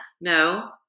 No